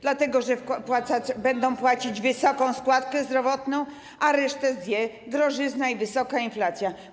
Dlatego że będą płacić wysoką składkę zdrowotną, ale resztę zje drożyzna i wysoka inflacja.